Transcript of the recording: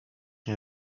nie